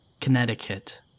Connecticut